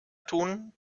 tun